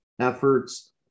efforts